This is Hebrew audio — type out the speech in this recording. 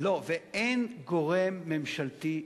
ואין גורם ממשלתי אחד.